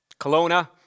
Kelowna